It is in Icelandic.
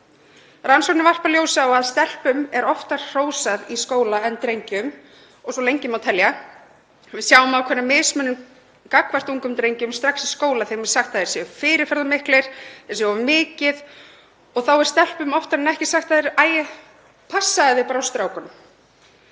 Rannsóknir varpa ljósi á að stelpum er oftar hrósað í skóla en drengjum og svo má lengi telja. Við sjáum ákveðna mismunun gagnvart ungum drengjum strax í skóla. Þeim er sagt að þeir séu fyrirferðarmiklir, séu of mikið og við stelpur er oftar en ekki sagt: Æ, passaðu þig á strákunum.